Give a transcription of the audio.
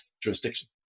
jurisdiction